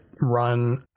run